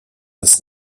das